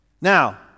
Now